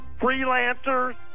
Freelancers